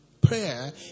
Prayer